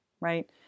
right